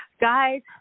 Guys